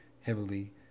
heavily